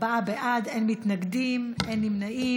ארבעה בעד, אין מתנגדים, אין נמנעים.